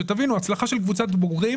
שתבינו, הצלחה של קבוצת בוגרים